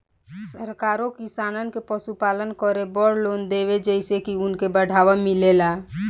सरकारो किसानन के पशुपालन करे बड़ लोन देवेले जेइसे की उनके बढ़ावा मिलेला